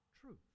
truth